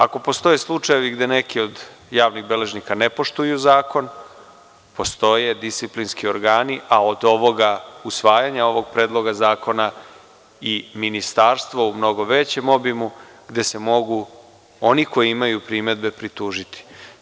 Ako postoje slučajevi gde neki od javnih beležnika ne poštuju zakon, postoje disciplinski organi, a od ovoga usvajanja ovog Predloga zakona i ministarstvo u mnogo većem obimu, gde se mogu oni koji imaju primedbe pritužiti.